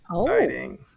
exciting